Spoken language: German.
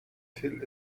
till